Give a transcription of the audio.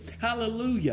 Hallelujah